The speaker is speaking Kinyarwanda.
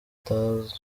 bitwaza